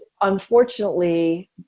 unfortunately